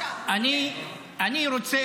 את הטיעונים שלך.